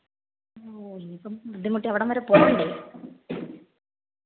ഓ ഇനിയിപ്പം ബുദ്ധിമുട്ടി അവിടം വരെ പോകണ്ടേ